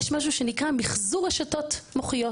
יש משהו שנקרא מיחזור רשתות מוחיות.